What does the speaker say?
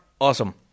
awesome